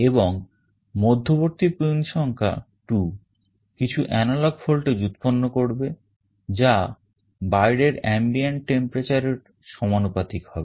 এবং মধ্যবর্তী pin সংখ্যা 2 কিছু analog ভোল্টেজ উৎপন্ন করবে যা বাইরের ambient temperature এর সমানুপাতিক হবে